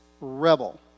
rebel